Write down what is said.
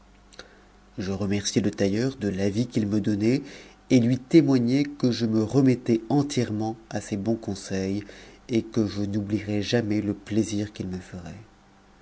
je remerciai le tailleur de l'avis qu'il me donnait et lui témoignai que je me remettais entièrement à ses bons conseils et que je n'oublierais jamais le plaisir qu'il me ferait